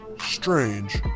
strange